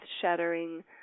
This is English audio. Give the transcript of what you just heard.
shattering